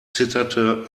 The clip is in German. zitterte